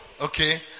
Okay